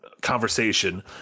conversation